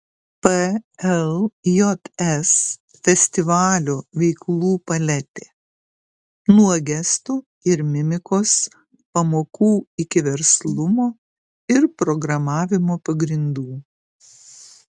pljs festivalio veiklų paletė nuo gestų ir mimikos pamokų iki verslumo ir programavimo pagrindų